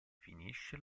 finisce